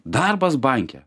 darbas banke